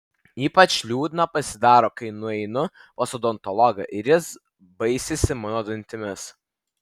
ypač liūdna pasidaro kai nueinu pas odontologą ir jis baisisi mano dantimis